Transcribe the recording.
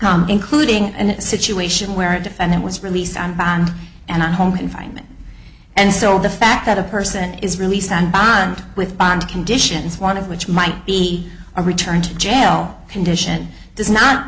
come including in that situation where a defendant was released on bond and home confinement and so the fact that a person is released on bond with bond conditions one of which might be a return to jail condition does not